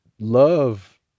Love